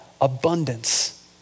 abundance